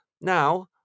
Now